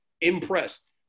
impressed